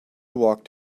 walked